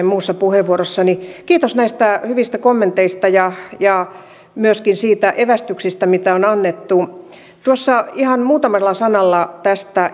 muussa puheenvuorossani kiitos näistä hyvistä kommenteista ja ja myöskin siitä evästyksestä mitä on annettu tuossa ihan muutamalla sanalla sanon tästä